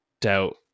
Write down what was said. doubt